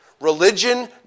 Religion